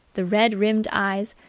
the red-rimmed eyes,